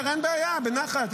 אין בעיה, בנחת.